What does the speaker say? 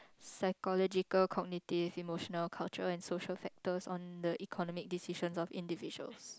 psychological cognitive emotional cultural and social factors on the economic decisions of individuals